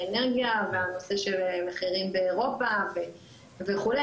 אנרגיה והנושא של מחירים באירופה וכולי,